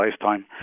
lifetime